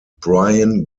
brian